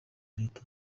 leta